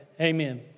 amen